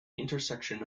intersection